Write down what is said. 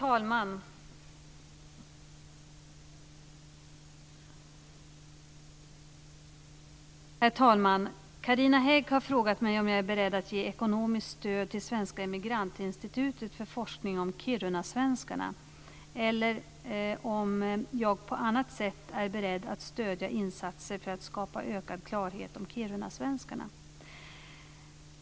Herr talman! Carina Hägg har frågat mig om jag är beredd att ge ekonomiskt stöd till Svenska Emigrantinstitutet för forskning om kirunasvenskarna eller om jag på annat sätt är beredd att stödja insatser för att skapa ökad klarhet om kirunasvenskarna.